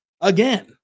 again